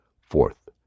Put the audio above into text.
Fourth